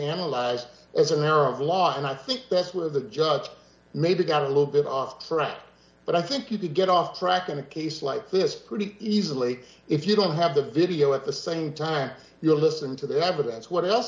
analyzed as an error of law and i think that's where the judge maybe got a little bit off track but i think he did get off track in a case like this pretty easily if you don't have the video at the same time you're listening to the evidence what else